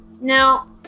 Now